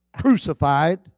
crucified